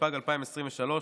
התשפ"ג 2023,